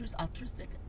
altruistic